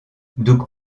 doug